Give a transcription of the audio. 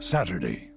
Saturday